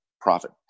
profit